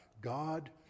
God